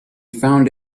found